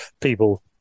people